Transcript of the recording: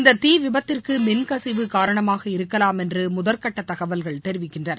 இந்த தீவிபத்திற்கு மின்கசிவு காரணமாக இருக்கலாம் என்று முதற்கட்ட தகவல்கள் தெரிவிக்கின்றன